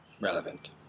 relevant